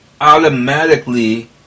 automatically